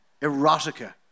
erotica